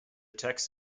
text